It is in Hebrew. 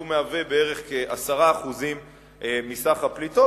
שמהווה בערך 10% מסך הפליטות.